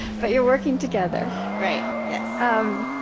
but you're working together right, yes um